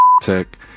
tech